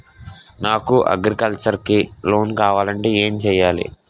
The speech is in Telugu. నాకు అగ్రికల్చర్ కి లోన్ కావాలంటే ఏం చేయాలి?